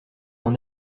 mon